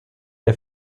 der